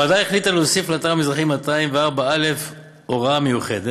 הוועדה החליטה להוסיף לאתר המזרחי 204א הוראה מיוחדת